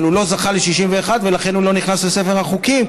אבל הוא לא זכה ל-61 ולכן הוא לא נכנס לספר החוקים,